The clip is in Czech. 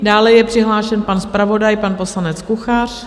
Dále je přihlášen pan zpravodaj, pan poslanec Kuchař.